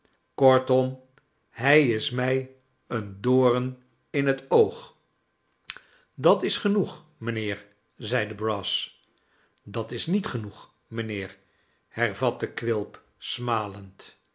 kortom hij is mij een doom in het oog dat is genoeg mijnheer zeide brass dat is niet genoeg mijnheer hervatte quilp smalend